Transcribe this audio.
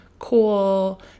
cool